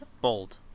Bold